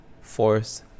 force